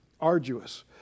arduous